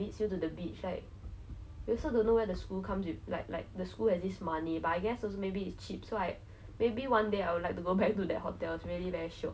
at the end of the day 你会回去一个有冷气啊还是比较舒服的一个地方 at least you feel like oh you have something to look forward to like in that camp I mentioned earlier